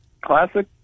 classic